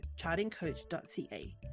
chartingcoach.ca